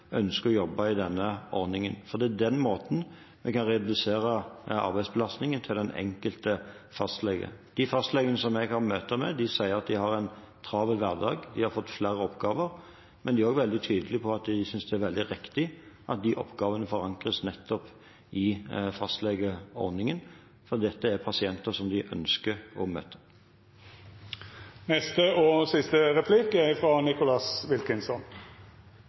ønsker å jobbe i denne ordningen, for det er på den måten vi kan redusere arbeidsbelastningen til den enkelte fastlege. De fastlegene som jeg har møter med, sier at de har en travel hverdag, de har fått flere oppgaver. Men de er også veldig tydelige på at de synes det er veldig riktig at de oppgavene forankres nettopp i fastlegeordningen, for dette er pasienter som de ønsker å møte.